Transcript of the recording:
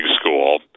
school